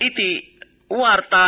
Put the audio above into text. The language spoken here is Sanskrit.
इति वार्ता